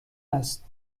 است